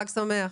חג שמח.